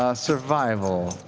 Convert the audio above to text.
ah survival.